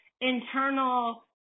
internal –